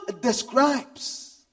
describes